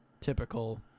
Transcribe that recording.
typical